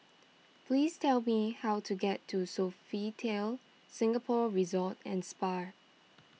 please tell me how to get to Sofitel Singapore Resort and Spa